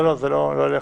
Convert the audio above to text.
מירה.